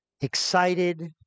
excited